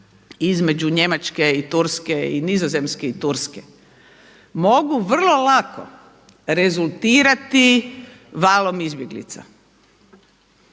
između Njemačke i Turske i Nizozemske i Turske mogu vrlo lako rezultirati valom izbjeglica.